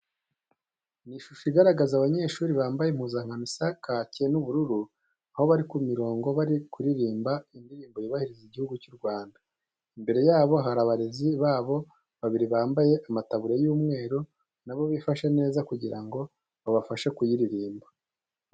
Ni ishusho igaragaza abanyeshuri bambaye impuzankano isa kake n'ubururu, aho bari ku mirongo bari kuririmba indirimbo yubahiriza Igihugu cy'u Rwanda. Imbere yabo hari abarezi babo babiri bambaye amataburiya y'umweru, na bo bifashe neza kugira ngo babafashe kuyiririmba.